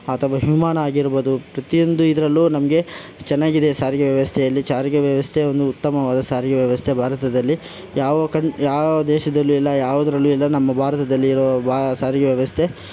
ಅಥವಾ ವಿಮಾನ ಆಗಿರ್ಬೋದು ಪ್ರತಿಯೊಂದು ಇದರಲ್ಲೂ ನಮಗೆ ಚೆನ್ನಾಗಿದೆ ಸಾರಿಗೆ ವ್ಯವಸ್ಥೆಯಲ್ಲಿ ಸಾರಿಗೆ ವ್ಯವಸ್ಥೆ ಒಂದು ಉತ್ತಮವಾದ ಸಾರಿಗೆ ವ್ಯವಸ್ಥೆ ಭಾರತದಲ್ಲಿ ಯಾವ ಕನ್ ಯಾವ ದೇಶದಲ್ಲು ಇಲ್ಲ ಯಾವುದ್ರಲ್ಲೂ ಇಲ್ಲ ನಮ್ಮ ಭಾರತದಲ್ಲಿರೋ ಬಾ ಸಾರಿಗೆ ವ್ಯವಸ್ಥೆ